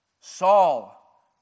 Saul